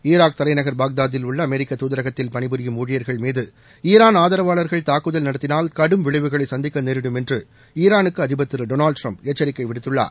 Iraq தலைநகர் பாக்தாதில் உள்ள அமெரிக்க தூதரகத்தில் பணிபுரியும் ஊழியர்கள் மீது ஈரான் ஆதரவாளர்கள் தாக்குதல் நடத்தினால் கடும் விளைவுகளை சந்திக்க நேரிடும் என்று ஈரானுக்கு அதிபர் திரு டொனால்ட் ட்ரம்ப் எச்சரிக்கை விடுத்துள்ளார்